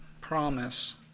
promise